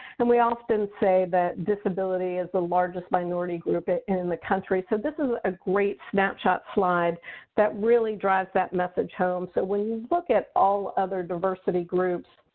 and we often say that disability is the largest minority group in the country. so this is a great snapshot slide that really drives that message home. so when you look at all other diversity groups,